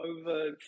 over